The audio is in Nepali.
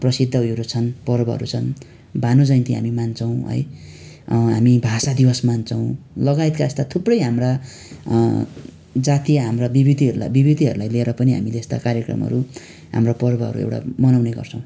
प्रसिद्ध उयोहरू छन् पर्वहरू छन् भानु जयन्ती हामी मान्छौँ है हामी भाषा दिवस मान्छौँ लगायतका यस्ता थुप्रै हाम्रा जातीय हाम्रा विभुतिहरूलाई विभुतिहरूलाई लिएर पनि हामीले यस्ता कार्यक्रमहरू हाम्रा पर्वहरू एउटा मनाउने गर्छौँ